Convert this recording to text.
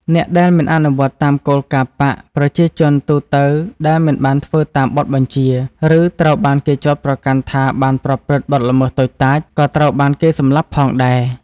អ្នកដែលមិនអនុវត្តតាមគោលការណ៍បក្ស ប្រជាជនទូទៅដែលមិនបានធ្វើតាមបទបញ្ជា ឬត្រូវបានគេចោទប្រកាន់ថាបានប្រព្រឹត្តបទល្មើសតូចតាច ក៏ត្រូវបានគេសម្លាប់ផងដែរ។